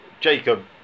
Jacob